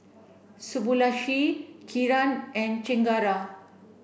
Subbulakshmi Kiran and Chengara